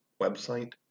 website